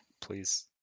please